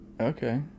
Okay